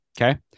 Okay